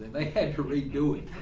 they had to redo it.